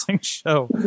show